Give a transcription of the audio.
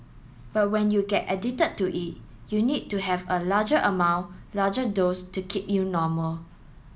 but when you get addicted to it you need to have a larger amount larger dose to keep you normal